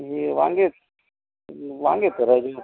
हे वांगे आहेत वांगे आहेत का राजू